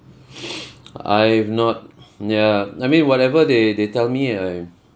I've not ya I mean whatever they they tell me I